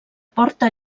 porta